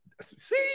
See